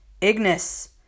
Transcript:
Ignis